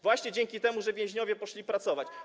Właśnie dzięki temu, że więźniowie poszli pracować.